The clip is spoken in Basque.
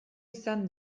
izan